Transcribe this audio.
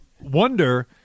wonder